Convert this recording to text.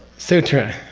sutra,